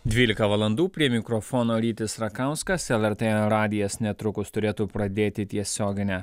dvylika valandų prie mikrofono rytis rakauskas lrt radijas netrukus turėtų pradėti tiesioginę